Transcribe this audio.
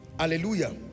Hallelujah